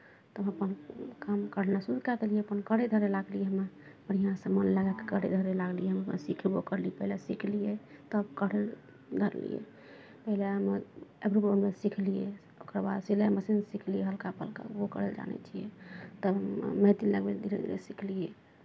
तऽ हम अपन काम करनाइ शुरू कए देलियै अपन करय धरय लागलियै हमे बढ़िआँसँ मोन लगा कऽ करय धरय लागलियै हम सिखबो करलियै पहिले सिखलियै तब करय धरय लागलियै पहिले हमे आइब्रो बनबय सिखलियै ओकर बाद सिलाइ मशीन सिखलियै हलका फलका ओहो करय जानै छियै तब मेहदी लगबय धीरे धीरे सिखलियै